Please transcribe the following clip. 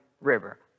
River